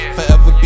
Forever